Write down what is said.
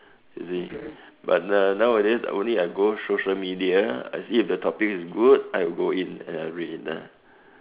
you see but uh now nowadays only I go social media I see if the topic is good I go in and I read it lah